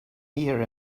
here